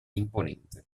imponente